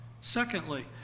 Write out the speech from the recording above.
Secondly